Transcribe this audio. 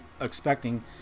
expecting